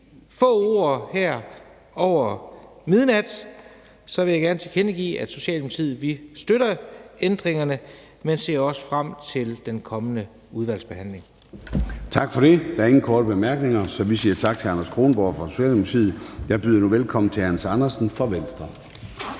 få ord her over midnat vil jeg gerne tilkendegive, at vi i Socialdemokratiet støtter ændringerne, og vi ser også frem til den kommende udvalgsbehandling. Kl. 00:05 Formanden (Søren Gade): Tak for det. Der er ingen korte bemærkninger, så vi siger tak til hr. Anders Kronborg fra Socialdemokratiet. Jeg byder nu velkommen til hr. Hans Andersen fra Venstre.